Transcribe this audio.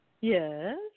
Yes